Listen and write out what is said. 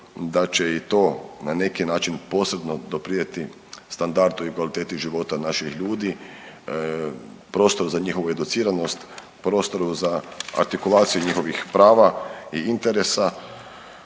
da će i to na neki način posebno doprinijeti standardu i kvaliteti života naših ljudi, prostoru za njihovu educiranost, prostoru za artikulaciju njihovih prava i interesa